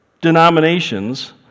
denominations